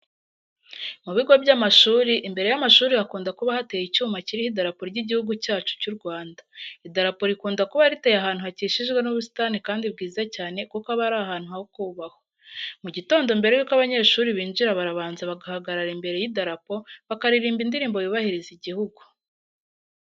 Mu bigo by'amashuri imbere y'amashuri hakunda kuba hateye icyumba kiriho idarapo ry'igihugu cyacu cy'u Rwanda. Idarapo rikunda kuba riteye ahantu hakikijwe n'ubusitani kandi bwiza cyane kuko aba ari ahantu ho kubahwa. Mu gitondo mbere yuko abanyeshuri banjira barabanza bagahagarara imbere y'idarapo bakaririmba indirimbo yubahiriza igihugu.